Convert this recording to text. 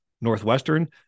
Northwestern